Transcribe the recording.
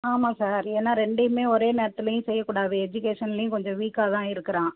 ஆமாம் சார் அது ஏன்னா ரெண்டையும் ஒரே நேரத்துலேயும் செய்யக்கூடாது எஜுகேஷன்லேயும் கொஞ்சம் வீக்காக தான் இருக்கிறான்